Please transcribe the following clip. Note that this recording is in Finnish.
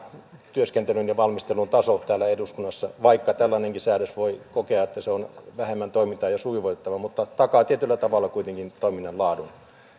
työskentelyn ja valmistelun taso täällä eduskunnassa vaikka voi kokea että tällainenkin säädös on vähemmän toimintaa sujuvoittava se takaa tietyllä tavalla kuitenkin toiminnan laadun